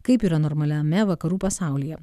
kaip yra normaliame vakarų pasaulyje